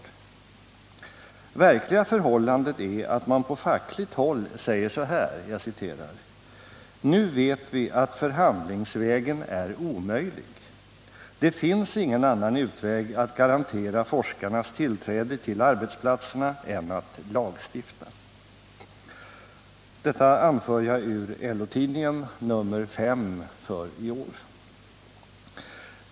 Det verkliga förhållandet är att man på fackligt håll säger så här: ”Nu vet vi att förhandlingsvägen är omöjlig; det finns ingen annan utväg att garantera forskarnas tillträde till arbetsplatserna än att lagstifta.” Så står det i LO tidningen nr 5 år 1979.